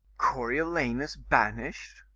coriolanus banished!